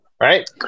right